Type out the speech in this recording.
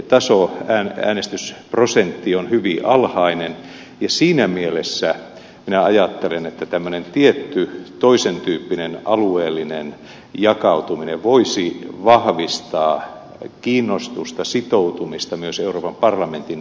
siis osallistumistaso äänestysprosentti on hyvin alhainen ja siinä mielessä minä ajattelen että tämmöinen tietty toisentyyppinen alueellinen jakautuminen voisi vahvistaa kiinnostusta sitoutumista myös euroopan parlamentin vaaliin